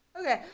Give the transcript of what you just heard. Okay